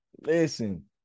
listen